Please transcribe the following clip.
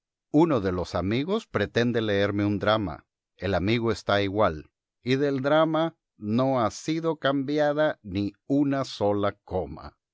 uno de los amigos pretende leerme un drama el amigo está igual y del drama no ha sido cambiada ni una sola coma